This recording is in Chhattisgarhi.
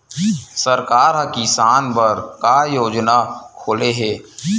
सरकार ह किसान बर का योजना खोले हे?